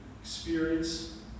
experience